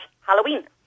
Halloween